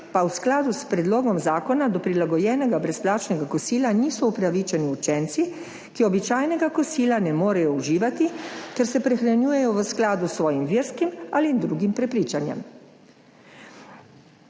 pa v skladu s predlogom zakona do prilagojenega brezplačnega kosila niso upravičeni učenci, ki običajnega kosila ne morejo uživati, ker se prehranjujejo v skladu s svojim verskim ali drugim prepričanjem.